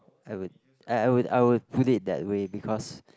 I would I would I would put it that way because